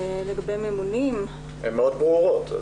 הן מאוד ברורות.